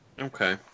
Okay